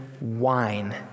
wine